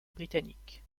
britannique